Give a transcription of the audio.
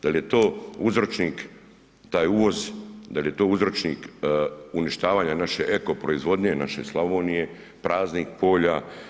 Da li je to uzročnik, taj uvoz, da li je to uzročnik uništavanja naše eko proizvodnje, naše Slavonije, praznih polja.